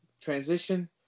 transition